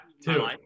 two